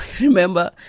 remember